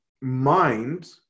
mind